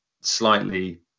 slightly